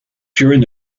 during